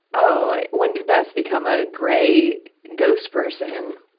oh, when did beth become a grey ghost person?